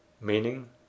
meaning